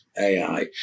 AI